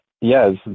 yes